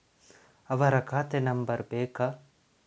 ಅವರ ಖಾತೆ ನಂಬರ್ ಬೇಕಾ?